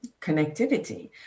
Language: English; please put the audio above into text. connectivity